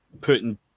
putting